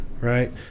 right